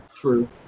true